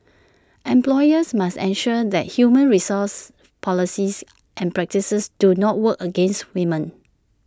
employers must ensure that human resource policies and practices do not work against women